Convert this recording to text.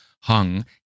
hung